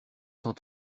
cent